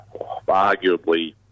arguably